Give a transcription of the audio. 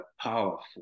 powerful